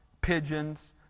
pigeons